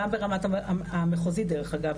גם ברמה המחוזית דרך-אגב,